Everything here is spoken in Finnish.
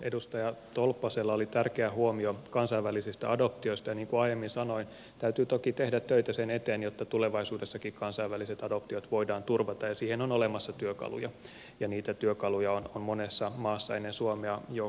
edustaja tolppasella oli tärkeä huomio kansainvälisistä adoptioista ja niin kuin aiemmin sanoin täytyy toki tehdä töitä sen eteen että tulevaisuudessakin kansainväliset adoptiot voidaan turvata ja siihen on olemassa työkaluja ja niitä työkaluja on monessa maassa ennen suomea jo kokeiltu